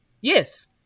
yes